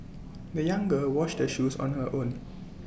the young girl washed her shoes on her own